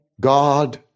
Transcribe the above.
God